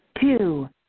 two